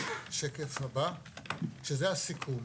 השקף הבא הסיכום,